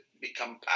become